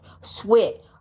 sweat